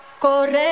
Corre